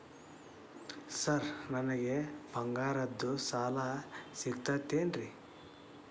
Sir ನನಗೆ ಬಂಗಾರದ್ದು ಸಾಲ ಸಿಗುತ್ತೇನ್ರೇ?